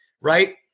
right